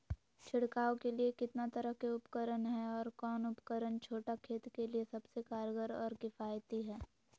छिड़काव के लिए कितना तरह के उपकरण है और कौन उपकरण छोटा खेत के लिए सबसे कारगर और किफायती है?